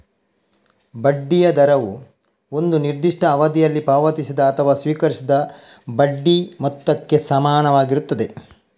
ಬಡ್ಡಿಯ ದರವು ಒಂದು ನಿರ್ದಿಷ್ಟ ಅವಧಿಯಲ್ಲಿ ಪಾವತಿಸಿದ ಅಥವಾ ಸ್ವೀಕರಿಸಿದ ಬಡ್ಡಿ ಮೊತ್ತಕ್ಕೆ ಸಮಾನವಾಗಿರುತ್ತದೆ